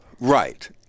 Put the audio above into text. Right